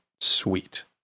sweet